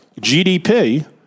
GDP